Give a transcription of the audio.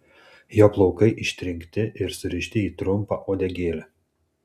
jo plaukai ištrinkti ir surišti į trumpą uodegėlę